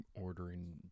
ordering